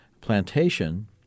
plantation